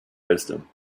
wisdom